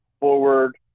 forward